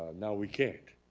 now we can't.